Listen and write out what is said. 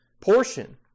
portion